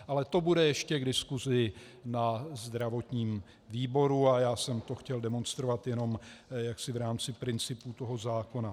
Ale to bude ještě v diskusi na zdravotním výboru a já jsem to chtěl demonstrovat jenom jaksi v rámci principu toho zákona.